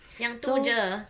yang tu jer